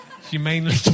Humanely